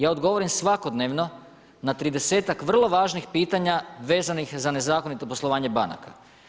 Ja odgovorim svakodnevno na 30-tak vrlo važnih pitanja vezanih za nezakonito poslovanje banaka.